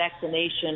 vaccination